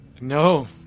no